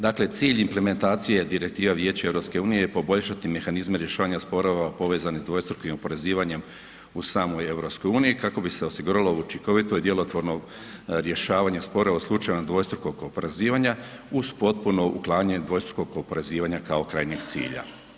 Dakle cilj implementacije direktiva Vijeće EU je poboljšati mehanizme rješavanja sporova povezanih sa dvostrukim oporezivanjem u samoj EU kako bi se osiguralo učinkovito i djelotvorno rješavanje sporova u slučaju dvostrukog oporezivanja uz potpuno uklanjanje dvostrukog oporezivanja kao krajnjeg cilja.